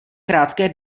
krátké